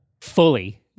Fully